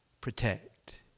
protect